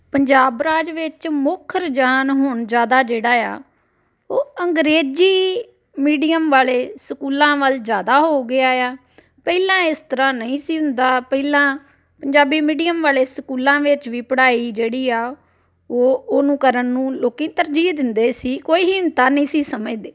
ਪੰਜਾਬ ਰਾਜ ਵਿੱਚ ਮੁੱਖ ਰੁਝਾਨ ਹੁਣ ਜ਼ਿਆਦਾ ਜਿਹੜਾ ਆ ਉਹ ਅੰਗਰੇਜ਼ੀ ਮੀਡੀਅਮ ਵਾਲੇ ਸਕੂਲਾਂ ਵੱਲ ਜ਼ਿਆਦਾ ਹੋ ਗਿਆ ਆ ਪਹਿਲਾਂ ਇਸ ਤਰ੍ਹਾਂ ਨਹੀਂ ਸੀ ਹੁੰਦਾ ਪਹਿਲਾਂ ਪੰਜਾਬੀ ਮੀਡੀਅਮ ਵਾਲੇ ਸਕੂਲਾਂ ਵਿੱਚ ਵੀ ਪੜ੍ਹਾਈ ਜਿਹੜੀ ਆ ਉਹ ਉਹਨੂੰ ਕਰਨ ਨੂੰ ਲੋਕ ਤਰਜੀਹ ਦਿੰਦੇ ਸੀ ਕੋਈ ਹੀਣਤਾ ਨਹੀਂ ਸੀ ਸਮਝਦੇ